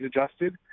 adjusted